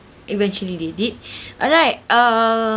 eventually they did alright um